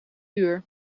uur